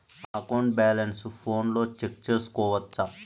account balance ఫోనులో check సేసుకోవచ్చా